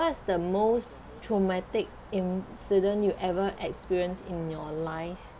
what's the most traumatic incident you ever experienced in your life